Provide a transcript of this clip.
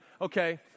okay